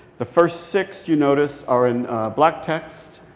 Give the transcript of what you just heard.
the first six you notice are in black text,